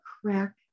crack